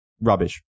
rubbish